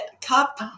cup